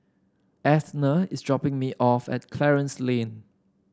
Athena is dropping me off at Clarence Lane